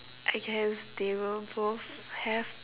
I guess they will both have